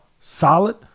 solid